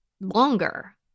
longer